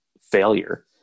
failure